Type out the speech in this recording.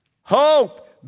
Hope